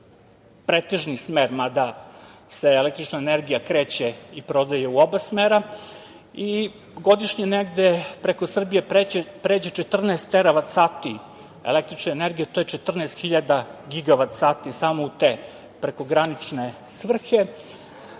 pretežni smer, mada se električna energija kreće i prodaje u oba smera i godišnje negde preko Srbije pređe 14 teravat sati električne energije, to je 14.000 gigavat sati samo u te prekogranične svrhe. Ako